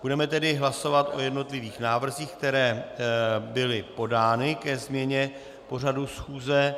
Budeme tedy hlasovat o jednotlivých návrzích, které byly podány ke změně pořadu schůze.